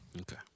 Okay